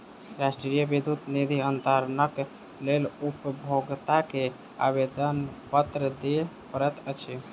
राष्ट्रीय विद्युत निधि अन्तरणक लेल उपभोगता के आवेदनपत्र दिअ पड़ैत अछि